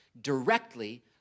directly